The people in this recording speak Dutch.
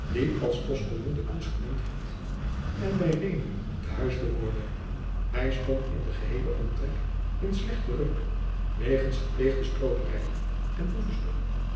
als postiljon de koets gemend had en bij reenen te huis behoorde hij stond in den geheelen omtrek in slechten reuk wegens gepleegde strooperijen en